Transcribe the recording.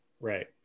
right